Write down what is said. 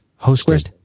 hosted